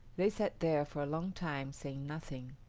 they sat there for a long time, saying nothing.